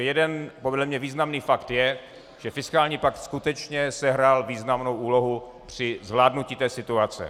Jeden, podle mě významný, fakt je, že fiskální pak skutečně sehrál významnou úlohu při zvládnutí situace.